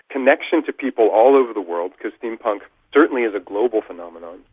connections to people all over the world, because steampunk certainly is a global phenomenon,